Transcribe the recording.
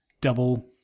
double